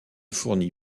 fourni